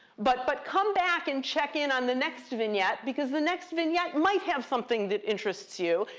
but but come back and check in on the next vignette, because the next vignette might have something that interests you.